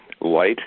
light